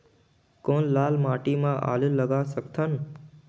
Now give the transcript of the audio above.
कौन लाल माटी म आलू लगा सकत हन?